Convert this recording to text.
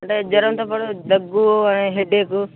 అంటే జ్వరంతో పాటు దగ్గు హెడేక్